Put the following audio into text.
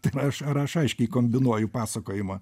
taip aš ar aš aiškiai kombinuoju pasakojimą